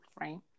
right